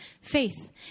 faith